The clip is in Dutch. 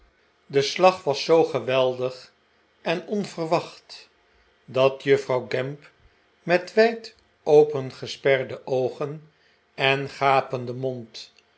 de slag was zoo geweldig en onverwacht dat juffrouw gamp met wijd opengesperde oogen en gapenden mond